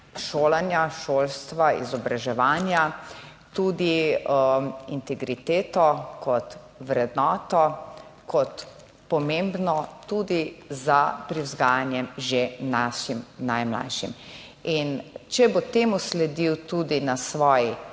(Nadaljevanje) izobraževanja tudi integriteto kot vrednoto, kot pomembno tudi za privzgajanje že našim najmlajšim in če bo temu sledil tudi na svoji